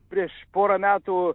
prieš porą metų